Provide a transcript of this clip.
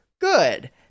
good